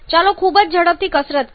ચાલો ખૂબ જ ઝડપી કસરત કરીએ